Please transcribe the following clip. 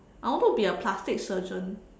I want to be a plastic surgeon